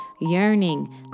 yearning